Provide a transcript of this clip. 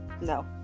no